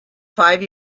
five